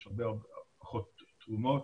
יש הרבה פחות תרומות